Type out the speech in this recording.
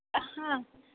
हां